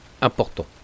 important